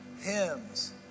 hymns